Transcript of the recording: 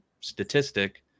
statistic